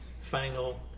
final